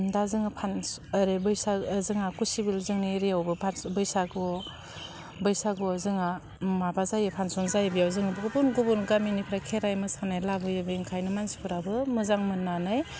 दा जोङो फानस ओरै बैसाग जोंहा खुसिबिल जोंनि एरियावबो फास बैसागु बैसागुआव जोंहा माबा जायो फानसन जायो बेयाव जोङो गुबुन गुबुन गामिनिफ्राय खेराइ मोसानाय लाबोयो बिनिखायनो मानसिफोराबो मोजां मोननानै